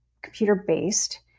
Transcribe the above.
computer-based